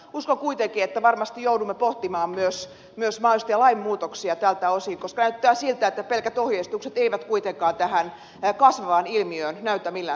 uskon kuitenkin että varmasti joudumme pohtimaan myös mahdollisia lainmuutoksia tältä osin koska näyttää siltä että pelkät ohjeistukset eivät kuitenkaan tähän kasvavaan ilmiöön näytä millään tavalla tehoavan